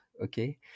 Okay